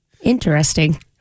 Interesting